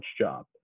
job